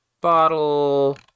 bottle